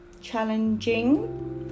challenging